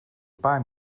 paar